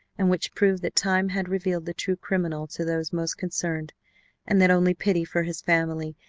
and which proved that time had revealed the true criminal to those most concerned and that only pity for his family,